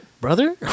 brother